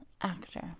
Actor